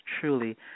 truly